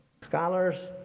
scholars